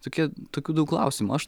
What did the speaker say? tokia tokių daug klausimų aš